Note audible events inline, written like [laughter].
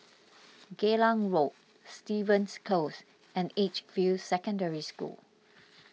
[noise] Geylang Road Stevens Close and Edgefield Secondary School [noise]